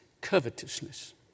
covetousness